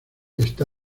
está